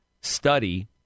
study